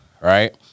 right